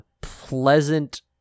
pleasant